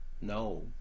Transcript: No